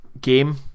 game